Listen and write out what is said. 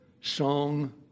song